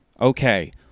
Okay